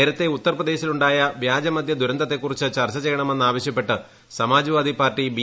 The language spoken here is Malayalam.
നേരത്തെ ഉത്തർപ്രദേശിലുണ്ടായ വ്യാജ മദ്യ ദുരന്തത്തെക്കുറിച്ച് ചർച്ച ചെയ്യണമെന്നാവശ്യപ്പെട്ട് സമാജ്വാദി പാർട്ടി ബി